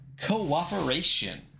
cooperation